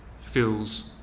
feels